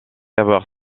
avoir